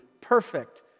perfect